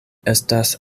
estas